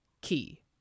key